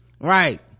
right